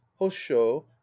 Hosho